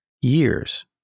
years